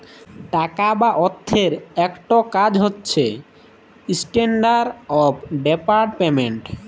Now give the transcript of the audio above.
টাকা বা অথ্থের ইকট কাজ হছে ইস্ট্যান্ডার্ড অফ ডেফার্ড পেমেল্ট